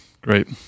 Great